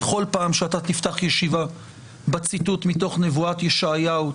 בכל פעם כשאתה תפתח ישיבה בציטוט מתוך נבואת ישעיהו,